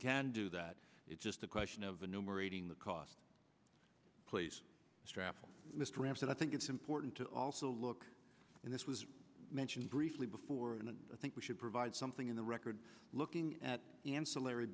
can do that it's just a question of enumerating the cost place strafford mr ram said i think it's important to also look and this was mentioned briefly before and i think we should provide something in the record looking at the ancillary